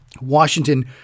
Washington